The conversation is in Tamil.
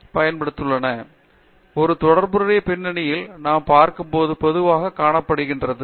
பேராசிரியர் பிரதாப் ஹரிதாஸ் உண்மையில் ஒரு தொடர்புடைய பின்னணியில் நாம் பார்க்கும்போது பொதுவாகக் காணப்படுகிறோம்